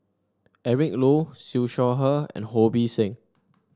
Eric Low Siew Shaw Her and Ho Bee Seng